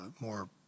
more